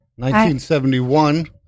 1971